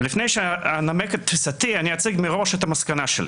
לפני שאנמק את תפיסתי אני אציג מראש את המסקנה שלי.